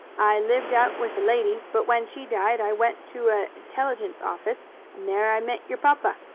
i lived out with a lady, but when she died, i went to a telligence office and there i met your papa.